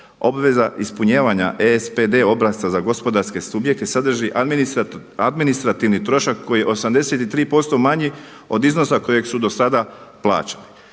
Obveza ispunjavanja ESPD obrasca za gospodarske subjekte sadrži administrativni trošak koji je 83% manji od iznosa kojeg su do sada plaćali.